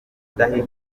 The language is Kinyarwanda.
yatangiye